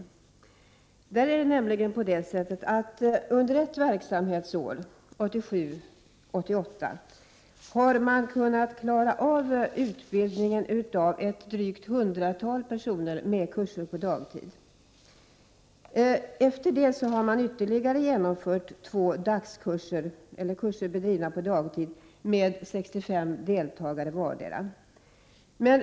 Där har man nämligen under ett verksamhetsår, 1987/88, kunnat klara av utbildning av drygt ett hundratal personer med kurser på dagtid. Därefter har man genomfört ytterligare två kurser på dagtid med 65 deltagare vardera.